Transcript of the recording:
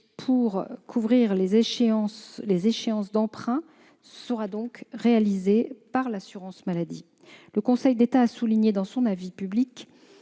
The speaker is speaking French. à couvrir les échéances d'emprunts sera donc réalisé par celle-ci. Le Conseil d'État a souligné, dans son avis public,